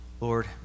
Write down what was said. Lord